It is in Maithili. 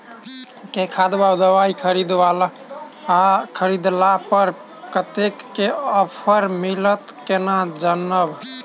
केँ खाद वा दवाई खरीदला पर कतेक केँ ऑफर मिलत केना जानब?